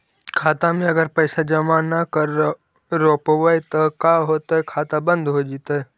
खाता मे अगर पैसा जमा न कर रोपबै त का होतै खाता बन्द हो जैतै?